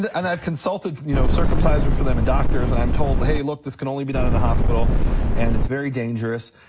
and i've consulted, you know, circumcisers for them, and doctors, and i'm told hey, look, this can only be done in a hospital and it's very dangerous,